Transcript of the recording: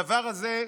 הדבר הזה,